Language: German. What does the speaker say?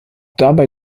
dabei